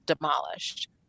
demolished